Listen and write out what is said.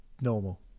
Normal